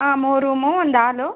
ಹಾಂ ಮೂರು ರೂಮು ಒಂದು ಆಲು